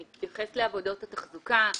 שמתייחס לעבודות התחזוקה,